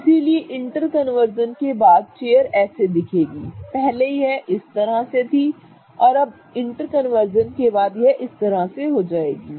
इसलिए इंटरकन्वर्जन के बाद चेयर ऐसे दिखेगी पहले यह इस तरह से थी और अब इंटरकन्वर्जन के बाद यह इस तरह से हो जाएगी